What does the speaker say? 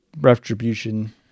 retribution